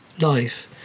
life